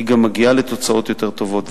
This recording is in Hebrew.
היא גם מגיעה לתוצאות יותר טובות.